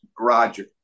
roger